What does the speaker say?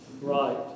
Right